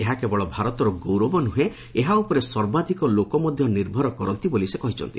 ଏହା କେବଳ ଭାରତର ଗୌରବ ନୃହେଁ ଏହା ଉପରେ ସର୍ବାଧିକ ଲୋକ ମଧ୍ୟ ନିର୍ଭର କରନ୍ତି ବୋଲି ସେ କହିଛନ୍ତି